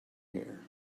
hair